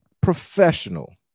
professional